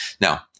now